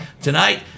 tonight